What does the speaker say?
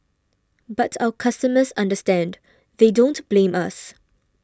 but our customers understand they don't blame us